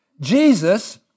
Jesus